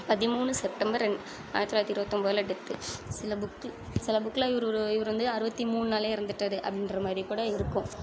பதிமூணு செப்டம்பர் ரெண் ஆயிரத்தித் தொள்ளாயிரத்தி இருபத்தொம்போதுல டெத்து சில புக்கு சில புக்ல இவர் ஒரு இவரு வந்து அறுபத்தி மூணு நாள்லேயே இறந்துட்டாரு அப்படின்ற மாதிரி கூட இருக்கும்